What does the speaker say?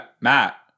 Matt